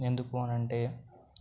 ఎందుకు అనంటే